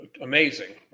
amazing